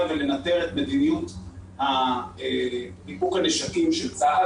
ולנטר את מדיניות ניפוק הנשקים של צה"ל.